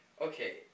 Okay